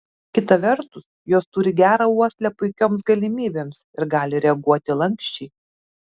kita vertus jos turi gerą uoslę puikioms galimybėms ir gali reaguoti lanksčiai